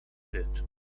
pit